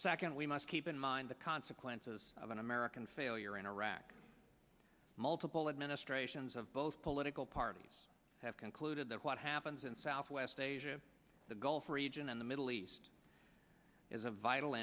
second we must keep in mind the consequences of an american failure in iraq multiple administrations of both political parties have concluded that what happens in southwest asia the gulf region and the middle east is a vital